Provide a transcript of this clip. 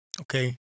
Okay